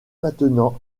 maintenant